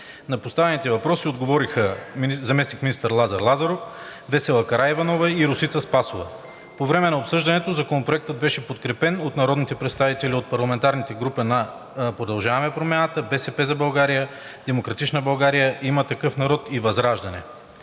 На поставените въпроси отговориха заместник-министър Лазар Лазаров, Весела Караиванова и Росица Спасова. По време на обсъждането Законопроектът беше подкрепен от народните представители от парламентарните групи на „Продължаваме Промяната“, „БСП за България“, „Демократична България“, „Има такъв народ“ и ВЪЗРАЖДАНЕ.